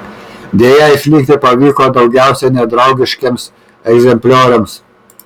deja išlikti pavyko daugiausiai nedraugiškiems egzemplioriams